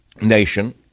nation